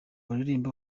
baririmba